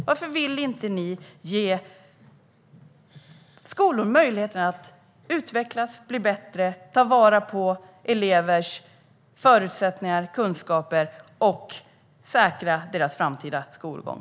Varför vill ni inte ge skolor möjligheten att utvecklas, bli bättre, ta vara på elevers förutsättningar och kunskaper och säkra deras framtida skolgång?